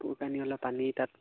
কাপোৰ কানি অলপ আনি তাত